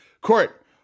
Court